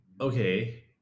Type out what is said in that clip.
Okay